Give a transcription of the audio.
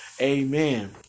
Amen